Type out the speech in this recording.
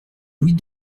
louis